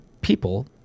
people